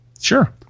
Sure